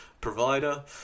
provider